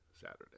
Saturday